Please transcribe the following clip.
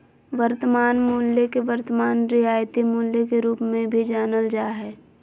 वर्तमान मूल्य के वर्तमान रियायती मूल्य के रूप मे भी जानल जा हय